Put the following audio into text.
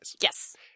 Yes